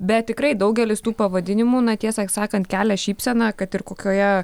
bet tikrai daugelis tų pavadinimų na tiesą sakant kelia šypseną kad ir kokioje